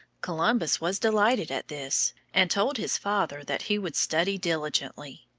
columbus was delighted at this, and told his father that he would study diligently.